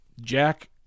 Jack